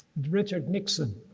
richard nixon.